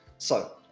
so,